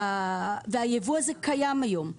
והייבוא הזה קיים היום.